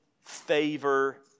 favor